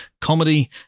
comedy